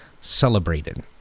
celebrated